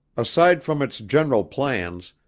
aside from its general plans,